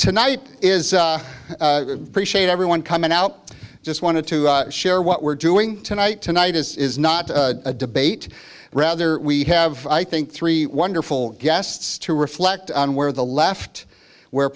tonight is everyone coming out just wanted to share what we're doing tonight tonight is not a debate rather we have i think three wonderful guests to reflect on where the left where